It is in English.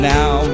Now